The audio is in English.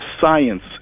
science